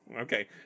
Okay